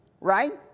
Right